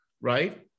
right